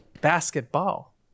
basketball